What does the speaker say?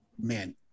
man